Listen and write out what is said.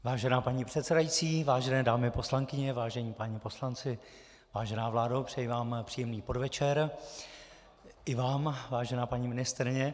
Vážená paní předsedající, vážené dámy poslankyně, vážení páni poslanci, vážená vládo, přeji vám příjemný podvečer, i vám, vážená paní ministryně.